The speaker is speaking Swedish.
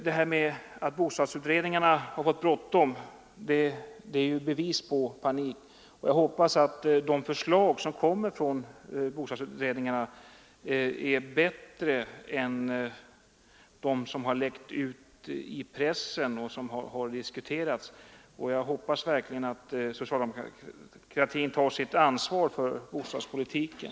Detta att bostadsutredningarna har fått bråttom är ju ett bevis på panik. Jag räknar med att de förslag som kommer från bostadsutredningarna skall vara bättre än de förslag som läckt ut i pressen och som har diskuterats. Jag hoppas verkligen att socialdemokratin tar sitt ansvar för bostadspolitiken.